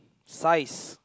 size